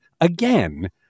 again